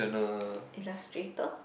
illustrator